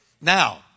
Now